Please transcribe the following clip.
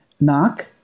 knock